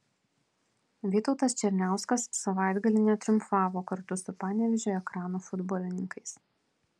vytautas černiauskas savaitgalį netriumfavo kartu su panevėžio ekrano futbolininkais